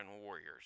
warriors